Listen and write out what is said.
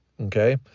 okay